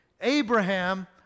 Abraham